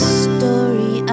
story